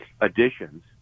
additions